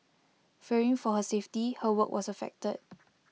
fearing for her safety her work was affected